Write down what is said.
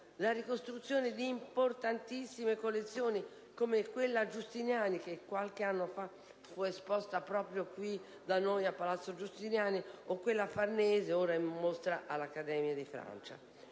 la ricostruzione di importantissime collezioni, come la Giustiniani che, qualche anno fa, fu esposta proprio a Palazzo Giustiniani, o quella Farnese, ora in mostra all'Ambasciata di Francia.